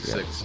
Six